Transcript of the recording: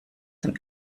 dem